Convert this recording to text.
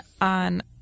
on